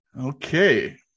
Okay